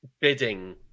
bidding